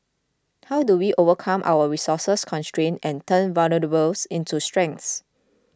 how do we overcome our resources constraints and turn vulnerabilities into strengths